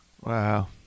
Wow